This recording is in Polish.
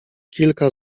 kilka